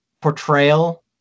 portrayal